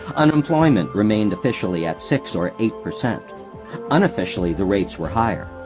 unemployment remained officially at six or eight percent unofficially, the rates were higher.